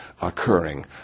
occurring